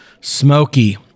smoky